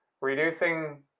reducing